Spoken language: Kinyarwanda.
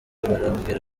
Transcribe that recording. barambwira